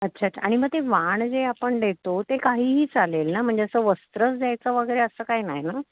अच्छा अच्छा आणि मग ते वाण जे आपण देतो ते काहीही चालेल ना म्हणजे असं वस्त्रच द्यायचं वगैरे असं काही नाही ना